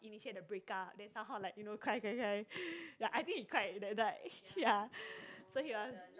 initiate the break up then somehow like you know cry cry cry I think he cried that night ya so he was